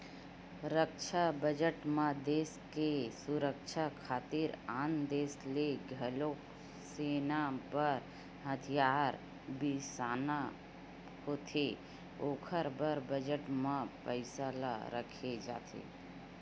रक्छा बजट म देस के सुरक्छा खातिर आन देस ले घलोक सेना बर हथियार बिसाना होथे ओखर बर बजट म पइसा ल रखे जाथे